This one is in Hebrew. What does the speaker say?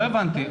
לא הבנתי.